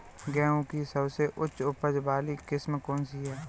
गेहूँ की सबसे उच्च उपज बाली किस्म कौनसी है?